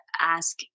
ask